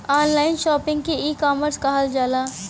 online shopping के ecommerce कहल जाला